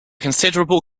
considerable